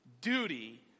duty